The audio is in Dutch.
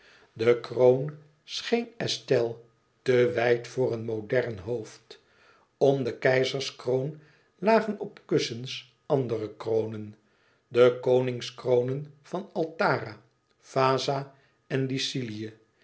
de kroon scheen estelle te wijd voor een modern hoofd om de keizerskroon lagen op kussens andere kronen de koningskronen van altara vaza en lycilië